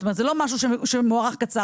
זאת אומרת זה לא משהו שמוארך קצר,